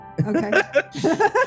Okay